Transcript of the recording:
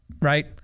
right